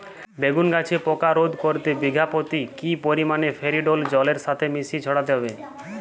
বেগুন গাছে পোকা রোধ করতে বিঘা পতি কি পরিমাণে ফেরিডোল জলের সাথে মিশিয়ে ছড়াতে হবে?